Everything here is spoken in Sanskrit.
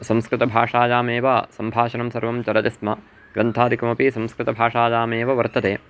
संस्कृतभाषायामेव सम्भाषणं सर्वं चलति स्म ग्रन्थादिकमपि संस्कृतभाषायामेव वर्तते